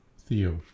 theo